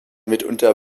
mitunter